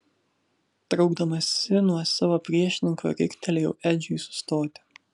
traukdamasi nuo savo priešininko riktelėjau edžiui sustoti